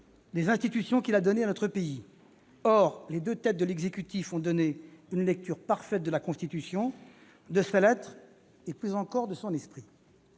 des institutions qu'il a données à notre pays. Or les deux têtes de l'exécutif ont donné une lecture parfaite de la Constitution, de sa lettre et plus encore de son esprit.